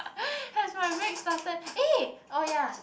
has my break started eh oh yeah